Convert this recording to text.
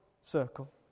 circle